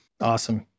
Awesome